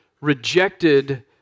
rejected